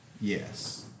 Yes